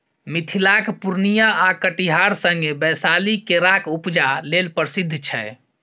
मिथिलाक पुर्णियाँ आ कटिहार संगे बैशाली केराक उपजा लेल प्रसिद्ध छै